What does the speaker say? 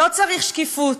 לא צריך שקיפות,